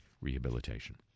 rehabilitation